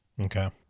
Okay